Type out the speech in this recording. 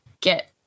get